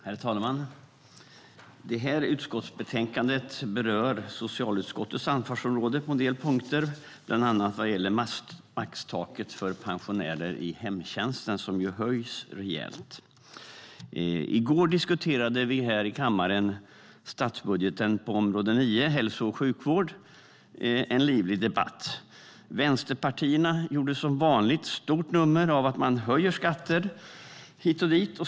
Herr talman! Det här utskottsbetänkandet berör socialutskottets ansvarsområde på en del punkter, bland annat när det gäller maxtaket för pensionärer i hemtjänsten som ju höjs rejält. I går diskuterade vi här i kammaren statsbudgeten på område 9, Hälso och sjukvård. Det var en livlig debatt. Vänsterpartierna gjorde som vanligt stort nummer av att man höjer skatter hit och dit.